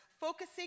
focusing